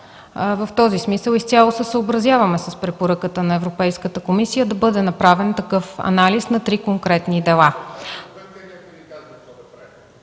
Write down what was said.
В този смисъл изцяло се съобразяваме с препоръката на Европейската комисия да бъде направен такъв анализ на три конкретни дела.